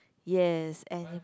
yes and